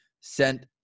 sent